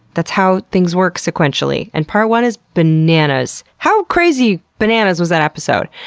that's how things work sequentially. and part one is bananas. how crazy bananas was that episode!